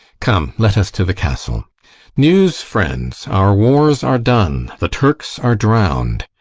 come, let us to the castle news, friends our wars are done, the turks are drown'd.